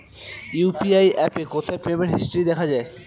UPI অ্যাপে কোথায় payment history দেখা যায়?